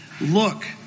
look